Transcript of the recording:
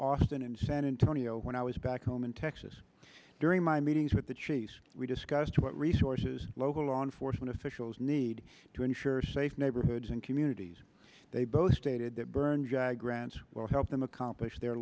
austin in san antonio when i was back home in texas during my meetings with the chiefs we discussed what resources local law enforcement officials need to ensure safe neighborhoods and communities they both stated that burn jag grants will help them accomplish their